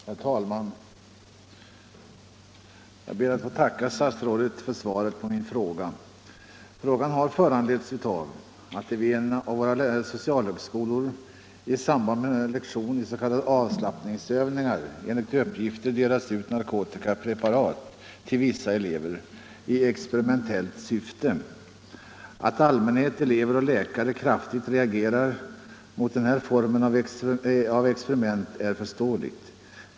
Herr talman! Jag ber att få tacka statsrådet för svaret på min fråga. Frågan har föranletts av att det vid en av våra socialhögskolor i samband med s.k. avslappningsövningar enligt uppgifter delats ut narkotiska preparat till vissa elever i experimentellt syfte. Att allmänhet, elever och läkare kraftigt reagerar mot den här formen av experiment är förståeligt.